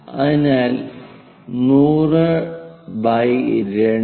അതിനാൽ 1002 3